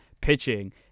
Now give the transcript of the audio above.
pitching